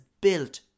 built